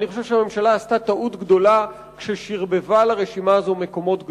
אני חושב שהממשלה עשתה טעות גדולה כששרבבה לרשימה הזו מקומות קדושים.